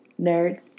Nerd